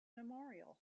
memorial